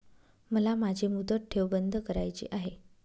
मला माझी मुदत ठेव बंद करायची आहे